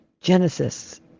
Genesis